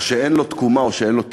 או שאין לו תקומה או שאין לו תקווה,